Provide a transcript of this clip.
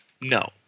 no